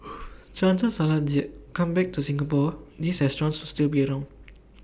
chances are they come back to Singapore these restaurants still be around